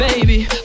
Baby